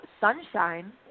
Sunshine